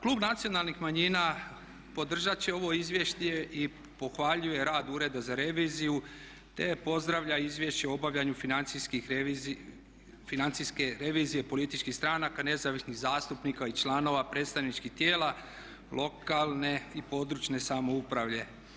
Klub Nacionalnih manjina podržati će ovo izvješće i pohvaljuje rad ureda za reviziju te pozdravlja Izvješće o obavljanju financijske revizije političkih stranaka, nezavisnih zastupnika i članova predstavničkih tijela lokalne i područne samouprave.